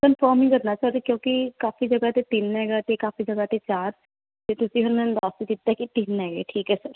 confirm ਹੀ ਕਰਨਾ sir ਕਿਉਂਕਿ ਕਾਫੀ ਜਗ੍ਹਾ 'ਤੇ ਤਿੰਨ ਹੈਗਾ ਅਤੇ ਕਾਫੀ ਜਗ੍ਹਾ 'ਤੇ ਚਾਰ ਤਾਂ ਤੁਸੀਂ ਹੁਣ ਦੱਸ ਦਿੱਤਾ ਕਿ ਤਿੰਨ ਹੈਗੇ ਠੀਕ ਹੈ ਸਰ